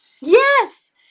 yes